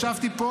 ישבתי פה,